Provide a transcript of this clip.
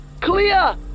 clear